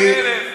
פחות מ-1,000.